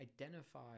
identify